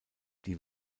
die